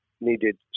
needed